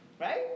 Right